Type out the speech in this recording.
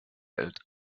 welt